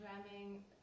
programming